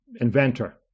inventor